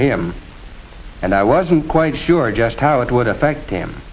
him and i wasn't quite sure just how it would affect him